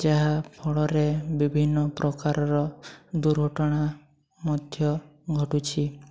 ଯାହାଫଳରେ ବିଭିନ୍ନ ପ୍ରକାରର ଦୁର୍ଘଟଣା ମଧ୍ୟ ଘଟୁଛି